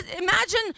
imagine